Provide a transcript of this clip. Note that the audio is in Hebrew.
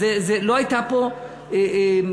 לא הייתה פה,